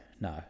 no